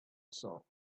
assault